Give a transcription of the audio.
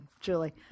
Julie